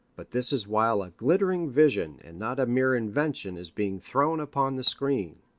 but this is while a glittering vision and not a mere invention is being thrown upon the screen.